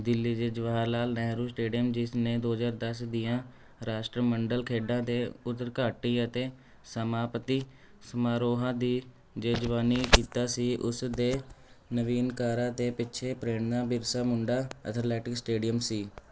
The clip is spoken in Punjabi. ਦਿੱਲੀ ਦੇ ਜਵਾਹਰ ਲਾਲ ਨਹਿਰੂ ਸਟੇਡੀਅਮ ਜਿਸ ਨੇ ਦੋ ਹਜ਼ਾਰ ਦਸ ਦੀਆਂ ਰਾਸ਼ਟਰਮੰਡਲ ਖੇਡਾਂ ਦੇ ਉਦਘਾਟਨੀ ਅਤੇ ਸਮਾਪਤੀ ਸਮਾਰੋਹਾਂ ਦੀ ਮੇਜ਼ਬਾਨੀ ਕੀਤੀ ਸੀ ਉਸ ਦੇ ਨਵੀਨਕਾਰਾ ਦੇ ਪਿੱਛੇ ਪ੍ਰੇਰਣਾ ਬਿਰਸਾ ਮੁੰਡਾ ਅਥਲੈਟਿਕਸ ਸਟੇਡੀਅਮ ਸੀ